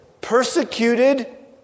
persecuted